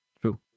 True